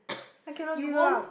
I cannot give up